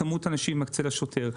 כמות אנשים ומקצה לה שוטר.